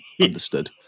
Understood